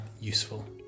useful